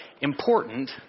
important